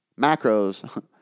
macros